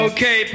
Okay